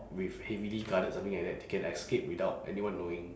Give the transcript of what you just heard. with heavily guarded something like that they can escape without anyone knowing